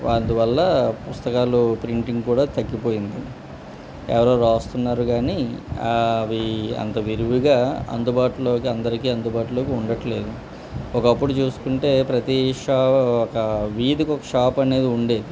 అందువల్ల పుస్తకాలు ప్రింటింగ్ కూడా తగ్గిపోయింది ఎవరో రాస్తున్నారు కానీ అవి అంత విరివిగా అందుబాటులోకి అందరికి అందుబాటులోకి ఉండట్లేదు ఒకప్పుడు చూసుకుంటే ప్రతి షా ఒక వీధికి ఒక షాప్ అనేది ఉండేది